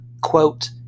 Quote